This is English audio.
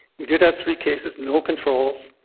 we did have three cases, no controls,